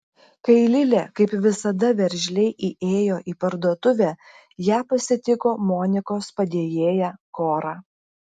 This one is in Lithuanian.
kai lilė kaip visada veržliai įėjo į parduotuvę ją pasitiko monikos padėjėja kora